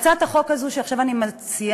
הצעת החוק הזאת שעכשיו אני מציעה,